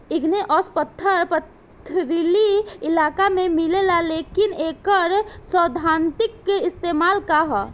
Igneous पत्थर पथरीली इलाका में मिलेला लेकिन एकर सैद्धांतिक इस्तेमाल का ह?